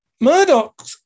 Murdoch